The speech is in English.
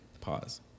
Pause